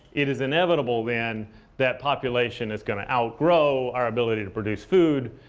it is inevitable then that population is going to outgrow our ability to produce food.